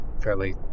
fairly